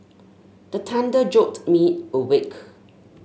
the thunder jolt me awake